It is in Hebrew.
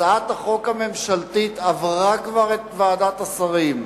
הצעת החוק הממשלתית עברה כבר את ועדת השרים,